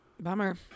Bummer